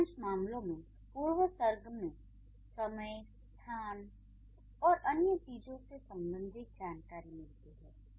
अधिकांश मामलों में पूर्वसर्ग से समय स्थान और अन्य चीजों से संबंधित जानकारी मिलती है